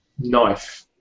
knife